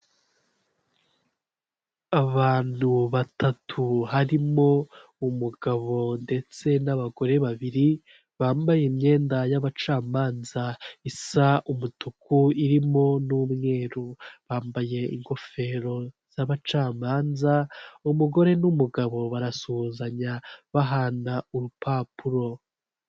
Abantu batatu harimo umugabo ndetse n'abagore babiri bambaye imyenda y'abacamanza isa umutuku irimo n'umweru bambaye ingofero z'abacamanza umugore n'umugabo barasuhuzanya bahana urupapuro.